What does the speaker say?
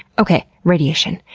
okay. radiation.